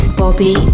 bobby